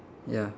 ya